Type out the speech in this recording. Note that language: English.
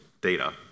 data